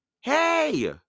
Hey